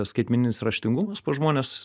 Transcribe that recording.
skaitmeninis raštingumas pas žmones